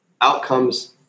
Outcomes